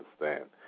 understand